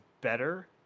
better